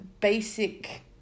basic